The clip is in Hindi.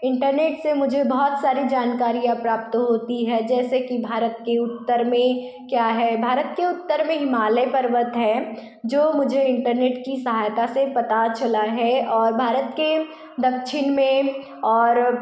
इंटरनेट से मुझे बहुत सारी जानकारियाँ प्राप्त होती है जैसे कि भारत के उत्तर में क्या है भारत के उत्तर में हिमालय पर्वत है जो मुझे इंटरनेट की सहायता से पता चला है और भारत के दक्षिण में और